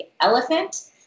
elephant